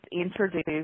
introduced